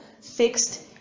fixed